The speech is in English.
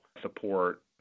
support